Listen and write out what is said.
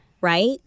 right